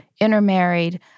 intermarried